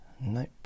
Nope